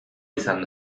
izan